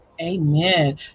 amen